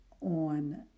on